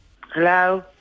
Hello